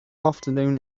afternoon